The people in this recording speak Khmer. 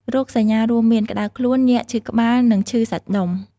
រោគសញ្ញារួមមាន ក្តៅខ្លួន ញាក់ ឈឺក្បាល និងឈឺសាច់ដុំ។